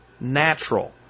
natural